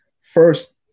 first